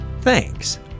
Thanks